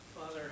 Father